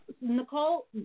nicole